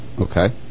Okay